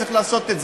צריך לעשות את זה.